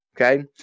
Okay